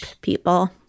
people